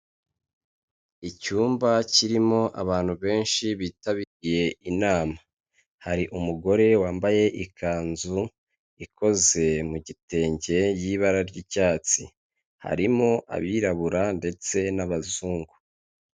Icyumba kirimo abantu benshi bitabiriye inama, hari umugore wambaye ikanzu ikoze mu gitenge y'ibara ry'icyatsi, harimo abirabura ndetse n'abazungu.